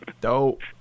Dope